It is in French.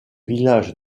village